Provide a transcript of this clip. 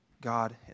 God